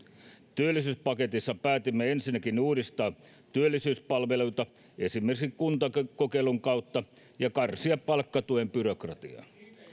työllisyyspaketissa päätimme ensinnäkin uudistaa työllisyyspalveluita esimerkiksi kuntakokeilun kautta ja karsia palkkatuen byrokratiaa